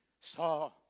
saw